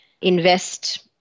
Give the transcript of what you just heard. invest